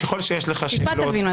-- ככל שיש לך שאלות,